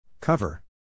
Cover